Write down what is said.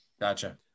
Gotcha